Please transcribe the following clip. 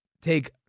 Take